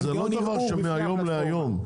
-- רבותיי, זה לא דבר מהיום להיום.